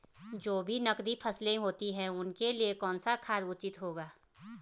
जो भी नकदी फसलें होती हैं उनके लिए कौन सा खाद उचित होगा?